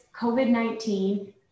COVID-19